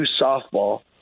softball